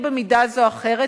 במידה זו או אחרת,